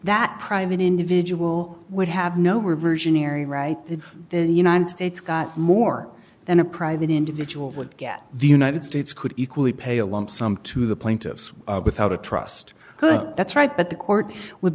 that private individual would have no reversionary right that the united states got more than a private individual would get the united states could equally pay a lump sum to the plaintiffs without a trust could that's right but the court would